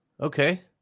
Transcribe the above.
Okay